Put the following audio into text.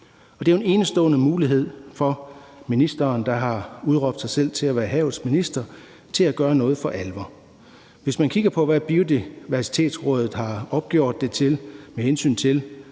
Det er jo en enestående mulighed for ministeren, der har udråbt sig selv til at være havets minister, til at gøre noget for alvor. Hvis man kigger på, hvad Biodiversitetsrådet har opgjort det til, med hensyn til